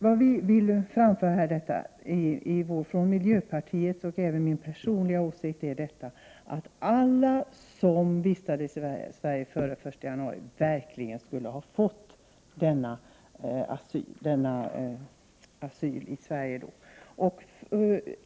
Vad vi vill framföra från miljöpartiet — och det är även min personliga åsikt —äratt alla som vistades i Sverige före den 1 januari 1988 absolut skulle ha fått asyl.